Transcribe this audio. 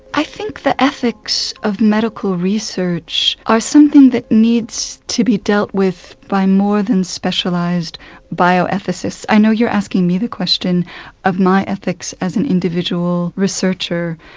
i think the ethics of medical research are something that needs to be dealt with by more than specialised bio-ethicists. i know you're asking me the question of my ethics as an individual researcher.